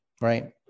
right